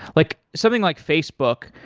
like something like facebook,